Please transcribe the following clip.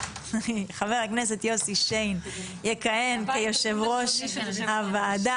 - חבר הכנסת יוסי שיין יכהן כיושב ראש הוועדה.